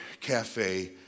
Cafe